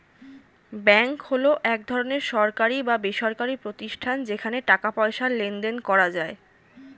bank হলো এক ধরনের সরকারি বা বেসরকারি প্রতিষ্ঠান যেখানে টাকা পয়সার লেনদেন করা যায়